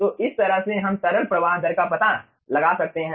तो इस तरह से हम तरल प्रवाह दर का पता लगा सकते हैं